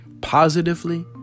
positively